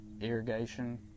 irrigation